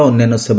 ଓ ଅନ୍ୟାନ୍ୟ ସେବ